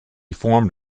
formed